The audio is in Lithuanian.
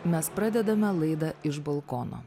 mes pradedame laidą iš balkono